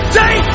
day